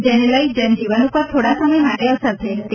જેને લઈ જન જીવન પર થોડા સમય માટે અસર થઇ હતી